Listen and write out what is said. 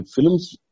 films